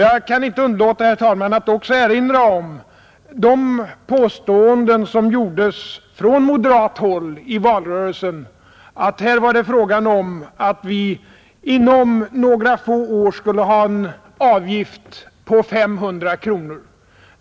Jag kan inte heller underlåta, herr talman, att också erinra om de påståenden som gjordes från moderat håll i valrörelsen, att vi inom några få år skulle ha en avgift på 500 kronor.